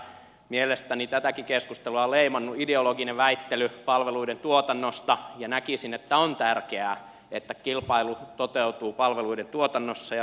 mielestäni tätäkin keskustelua on leimannut ideologinen väittely palveluiden tuotannosta ja näkisin että on tärkeää että kilpailu toteutuu palveluiden tuotannossa ja vertailu niin ikään